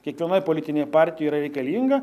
kiekvienoj politinėj partijoj yra reikalinga